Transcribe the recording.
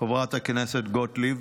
חברת הכנסת גוטליב,